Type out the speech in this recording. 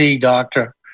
doctor